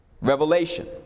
Revelation